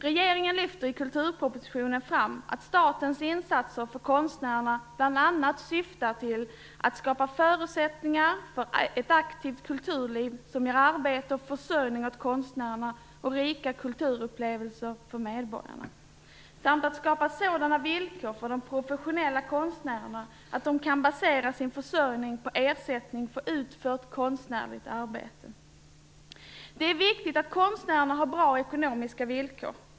Regeringen lyfter i kulturpropositionen fram att statens insatser för konstnärerna bl.a. syftar till att skapa förutsättningar för ett aktivt kulturliv, som ger arbete och försörjning åt konstnärerna och rika kulturupplevelser för medborgarna, samt att skapa sådana villkor för de professionella konstnärerna att de kan basera sin försörjning på ersättning för utfört konstnärligt arbete. Det är viktigt att konstnärerna har bra ekonomiska villkor.